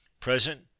Present